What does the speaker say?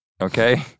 okay